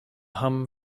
hum